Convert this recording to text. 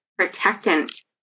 protectant